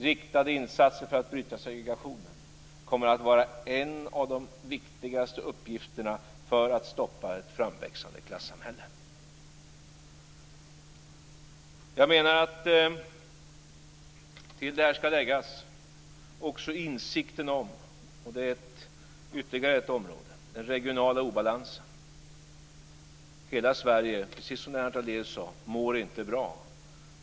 Riktade insatser för att bryta segregationen kommer att vara en av de viktigaste uppgifterna för att stoppa ett framväxande klassamhälle. Till detta ska läggas också insikten om, och det är det femte området, den regionala obalansen. Hela Sverige, precis som Lennart Daléus sade, mår inte bra.